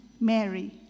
Mary